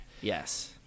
Yes